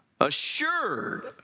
assured